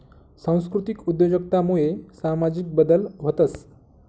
सांस्कृतिक उद्योजकता मुये सामाजिक बदल व्हतंस